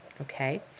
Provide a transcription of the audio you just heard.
Okay